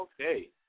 Okay